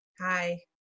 Hi